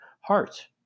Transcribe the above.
Heart